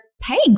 paying